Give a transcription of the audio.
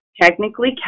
Technically